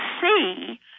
see